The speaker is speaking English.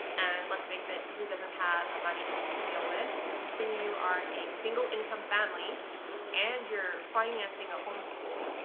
and let's face it, who doesn't have a money issue to deal with then you are a single income family and you're financing a home school?